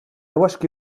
وشك